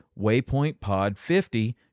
WaypointPod50